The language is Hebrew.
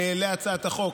להצעת החוק,